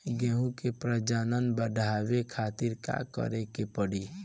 गेहूं के प्रजनन बढ़ावे खातिर का करे के पड़ी?